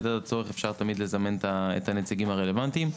במידת הצורך אפשר תמיד לזמן את הנציגים הרלוונטיים.